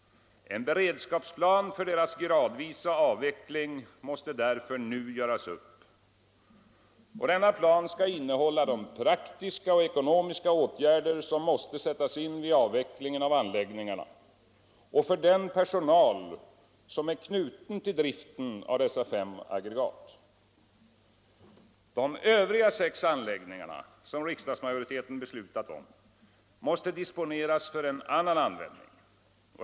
En beredskapsplan för deras gradvisa avveckling måste därför nu göras upp. Denna plan skall innehålla de praktiska och ekonomiska åtgärder som måste sättas in vid avvecklingen av anläggningarna och för den personal som är knuten till driften av dessa fem aggregat. De övriga sex anläggningar som riksdagsmajoriteten beslutat om måste disponeras för annan användning.